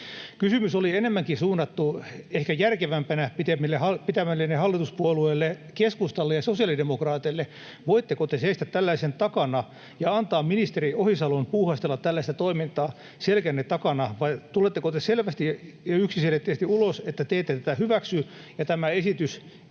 Kysymys oli enemmänkin suunnattu ehkä järkevämpänä pitämilleni hallituspuolueille keskustalle ja sosiaalidemokraateille. Voitteko te seistä tällaisen takana ja antaa ministeri Ohisalon puuhastella tällaista toimintaa selkänne takana? Vai tuletteko te selvästi ja yksiselitteisesti ulos, että te ette tätä hyväksy ja tämä esitys